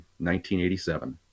1987